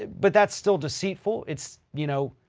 but that's still deceitful. it's, you know,